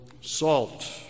salt